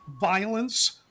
violence